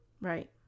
Right